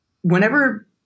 Whenever